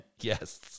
Yes